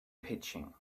pitching